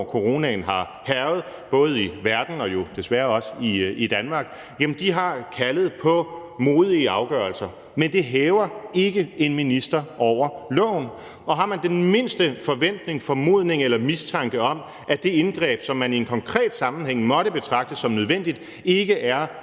coronaen har hærget, både i verden og jo desværre også i Danmark, har kaldt på modige afgørelser. Men det hæver ikke en minister over loven. Og har man den mindste forventning, formodning eller mistanke om, at det indgreb, som man i en konkret sammenhæng måtte betragte som nødvendigt, ikke er